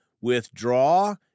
withdraw